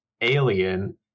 alien